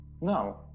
No